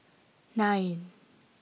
nine